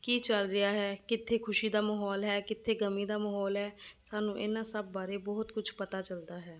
ਕੀ ਚੱਲ ਰਿਹਾ ਹੈ ਕਿੱਥੇ ਖੁਸ਼ੀ ਦਾ ਮਾਹੌਲ ਹੈ ਕਿੱਥੇ ਗਮੀ ਦਾ ਮਾਹੌਲ ਹੈ ਸਾਨੂੰ ਇਹਨਾਂ ਸਭ ਬਾਰੇ ਬਹੁਤ ਕੁਛ ਪਤਾ ਚੱਲਦਾ ਹੈ